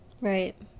right